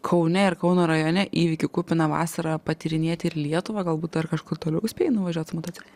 kaune ir kauno rajone įvykių kupiną vasarą patyrinėti ir lietuvą galbūt dar kažkur toliau spėjai nuvažiuot su motociklu